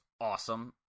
awesome